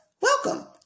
welcome